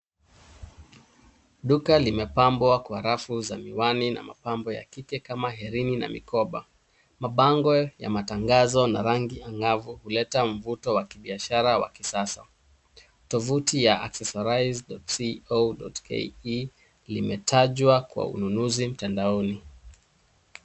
Duka limepambwa kwa rafu za miwani na mapambo ya kike kama hereni na mikoba. Mabango ya matangazo na rangi angavu huleta mvuto wa kibiashara wa kisasa . Tovuti ya accessorize.co.ke limetajwa kwa ununuzi mtandaoni.